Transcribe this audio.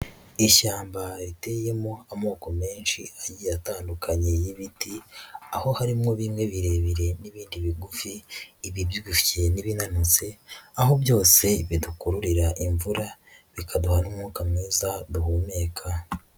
Ishyamba riteyemo amoko menshi agiye atandukanye y'ibiti, aho harimwo bimwe birebire n'ibindi bigufi, ibibyushye n'ibinanutse, aho byose bidukururira imvura, bikaduha n'umwuka mwiza duhumeka.